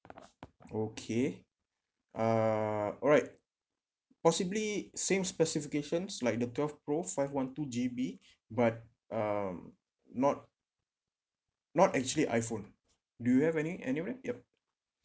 okay uh alright possibly same specifications like the twelve pro five one two G_B but um not not actually iphone do you have any brand yup